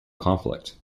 conflict